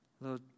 Lord